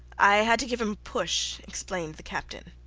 i had to give him a push, explained the captain.